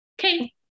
Okay